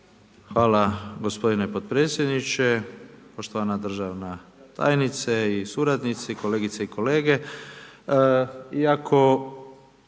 gospodine potpredsjedniče, poštovana državna tajnice sa suradnicima, kolegice i kolege.